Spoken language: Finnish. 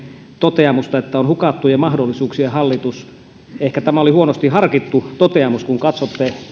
toteamusta että tämä on hukattujen mahdollisuuksien hallitus ehkä tämä oli huonosti harkittu toteamus jos katsotte